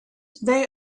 they